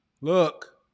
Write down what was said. look